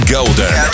Golden